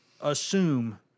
assume